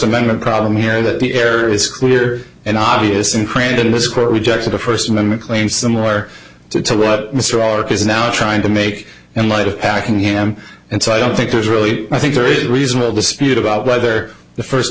amendment problem here that the air is clear and obvious in crandon this court rejected a first amendment claim similar to what mr ark is now trying to make in light of packing him and so i don't think there's really i think there is reasonable dispute about whether the first